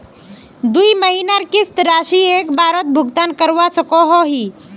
दुई महीनार किस्त राशि एक बारोत भुगतान करवा सकोहो ही?